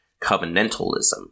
covenantalism